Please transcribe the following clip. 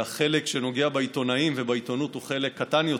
והחלק שנוגע בעיתונאים ובעיתונות הוא חלק קטן יותר.